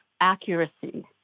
accuracy